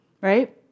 Right